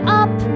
up